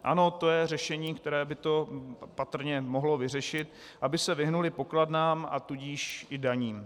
Ano, to je řešení, které by to patrně mohlo vyřešit, aby se vyhnuli pokladnám, a tudíž i daním.